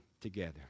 together